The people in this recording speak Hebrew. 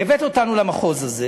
והבאת אותנו למחוז הזה.